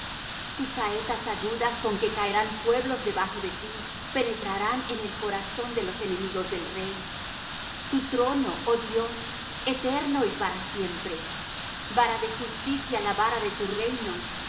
tus saetas agudas con que caerán pueblos debajo de ti penetrarán en el corazón de los enemigos del rey tu trono oh dios eterno y para siempre vara de justicia la vara de tu reino